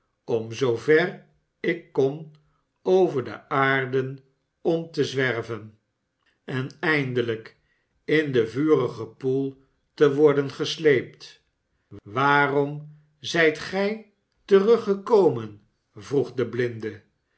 om zoover ik kon over de aarde om te zwerven en eindelijk in den vurigen poel te worden gesleept waarom zijt gij teruggekomen vroeg de blinde